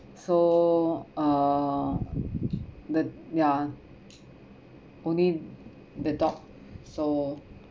so uh the ya only the dog so